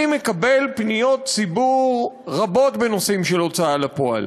אני מקבל פניות ציבור רבות בנושאים של הוצאה לפועל,